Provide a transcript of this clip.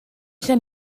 zijn